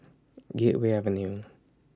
Gateway Avenue